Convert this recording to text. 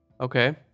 Okay